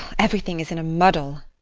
everything is in a muddle!